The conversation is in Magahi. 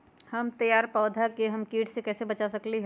हमर तैयार पौधा के हम किट से कैसे बचा सकलि ह?